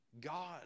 God